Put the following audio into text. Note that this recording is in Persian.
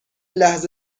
لحظه